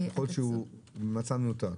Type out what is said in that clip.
ככל שהוא מצע מנותק.